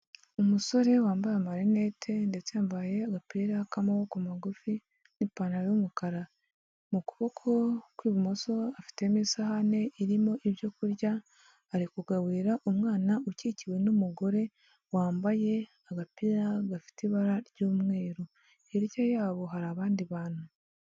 Umusore wambaye amarinete ndetse yambaye agapira k'amaboko magufi n'ipantaro y'umukara, mu kuboko kw'ibumoso afitemo isahani irimo ibyo kurya ari kugaburira umwana ukikiwe n'umugore wambaye agapira gafite ibara ry'umweru, hirya yabo hari abandi bantu.